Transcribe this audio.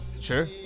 Sure